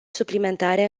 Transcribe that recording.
suplimentare